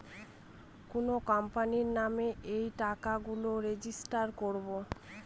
কোনো কোম্পানির নামে এই টাকা গুলো রেজিস্টার করবো